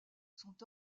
sont